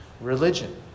religion